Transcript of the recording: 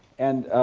and